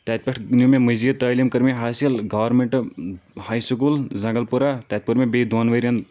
تَتِہ پٮ۪ٹھ نیو مےٚ مٔزیٖد تعلیٖم کٔر مےٚ حٲصِل گورنمنٹ ہایۍ سٔکوٗل زنٛگَلپورہ تَتِہ پوٚر مےٚ بیٚیِہ دۄن وٕرۍیَن